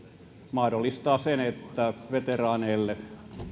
mahdollistaa sen että veteraaneille